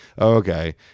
okay